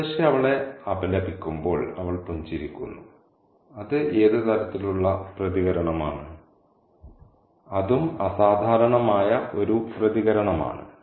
മുത്തശ്ശി അവളെ അപലപിക്കുമ്പോൾ അവൾ പുഞ്ചിരിക്കുന്നു അത് ഏത് തരത്തിലുള്ള പ്രതികരണമാണ് അതും അസാധാരണമായ ഒരു പ്രതികരണമാണ്